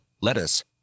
lettuce